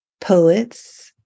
poets